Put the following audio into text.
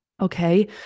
Okay